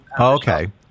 Okay